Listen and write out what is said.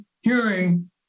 hearing